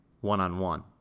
one-on-one